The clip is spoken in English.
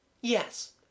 Yes